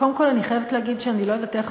קודם כול אני חייבת להגיד שאני לא יודעת איך